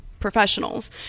Professionals